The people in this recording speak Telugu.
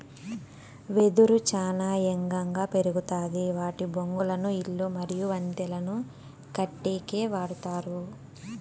వెదురు చానా ఏగంగా పెరుగుతాది వాటి బొంగులను ఇల్లు మరియు వంతెనలను కట్టేకి వాడతారు